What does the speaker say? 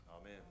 amen